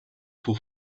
for